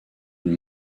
une